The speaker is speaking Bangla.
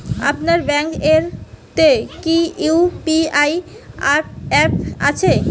আপনার ব্যাঙ্ক এ তে কি ইউ.পি.আই অ্যাপ আছে?